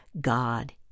God